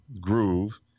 groove